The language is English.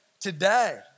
today